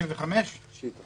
(הישיבה